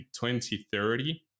2030